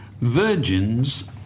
Virgin's